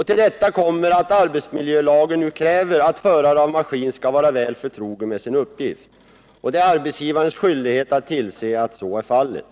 Till detta kommer att arbetsmiljölagen nu kräver att förare av maskin skall vara väl förtrogen med sin uppgift. Det är arbetsgivarens skyldighet att tillse att så är fallet.